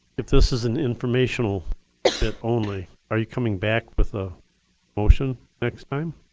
if this is an informational bit only, are you coming back with a motion next time?